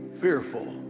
fearful